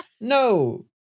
No